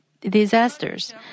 Disasters